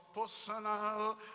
personal